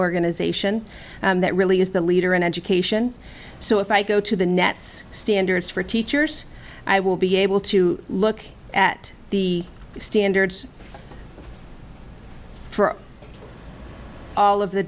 organization that really is the leader in education so if i go to the net's standards for teachers i will be able to look at the standards for all of the